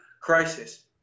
crisis